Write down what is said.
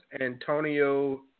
Antonio